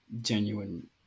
genuine